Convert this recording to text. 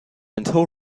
until